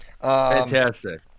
fantastic